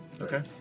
Okay